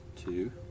Two